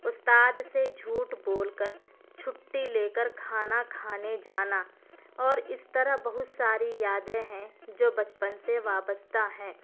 استاد سے جھوٹ بول کر چھٹی لے کر کھانا کھانے جانا اور اس طرح بہت ساری یادیں ہیں جو بچپن سے وابستہ ہیں